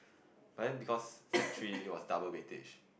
but then because sec three was double weightage